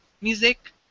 music